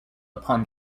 upon